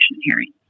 hearings